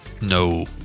No